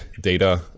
data